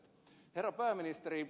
herra pääministeri